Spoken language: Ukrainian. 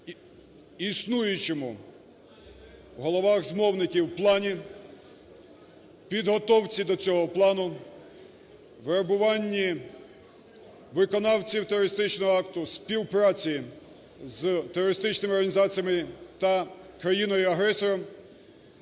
існуючому в головах змовників плані, підготовці до цього плану, вербуванні виконавців терористичного акту, співпраці з терористичними організаціями та країною-агресором,